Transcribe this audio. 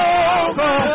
over